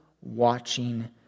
watching